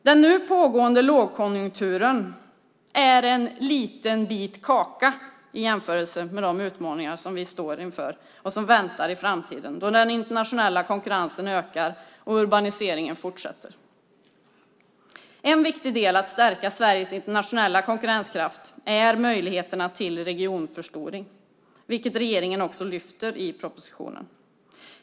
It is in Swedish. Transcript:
Den nu pågående lågkonjunkturen är en liten bit kaka i jämförelse med de utmaningar som vi står inför och som väntar i framtiden, då den internationella konkurrensen ökar och urbaniseringen fortsätter. En viktig del i att stärka Sveriges internationella konkurrenskraft är möjligheterna till regionförstoring, vilket regeringen också lyfter fram i propositionen.